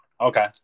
Okay